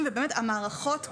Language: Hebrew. שירותים ובאמת המערכות קיימות,